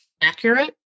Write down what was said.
accurate